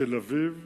בתל-אביב